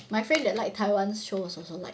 my friend that like Taiwan show was also like